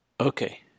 okay